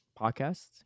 podcast